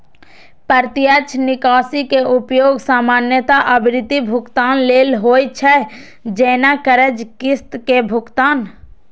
प्रत्यक्ष निकासी के उपयोग सामान्यतः आवर्ती भुगतान लेल होइ छै, जैना कर्जक किस्त के भुगतान